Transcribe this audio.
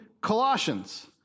Colossians